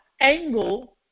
angle